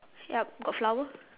yup got flower